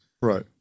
Right